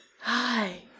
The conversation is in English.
Hi